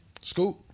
Scoop